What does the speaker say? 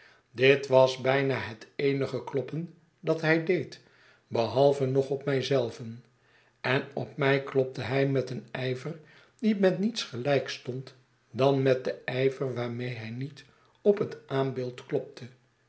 dit was bijna het eenige kloppen dat hij deed behalve nog op mij zelven en op mij klopte hij met een ijver die met niets gelijk stond dan met den ijver waarmee hij niet op het aambeeld klopte